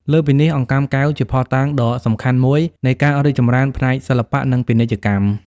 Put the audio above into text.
លើសពីនេះ អង្កាំកែវ ជាភស្តុតាងដ៏សំខាន់មួយនៃការរីកចម្រើនផ្នែកសិល្បៈ និងពាណិជ្ជកម្ម។